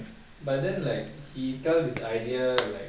but then like he sell his idea like